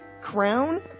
crown